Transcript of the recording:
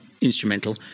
instrumental